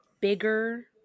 bigger